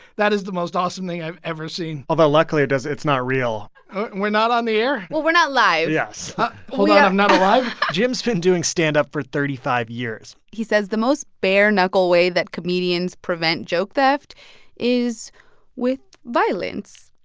that is the most awesome thing i've ever seen although luckily it does it's not real and we're not on the air? well, we're not live yes hold yeah on. i'm not alive? jim's been doing stand-up for thirty five years he says the most bare-knuckle way that comedians prevent joke theft is with violence.